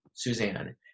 Suzanne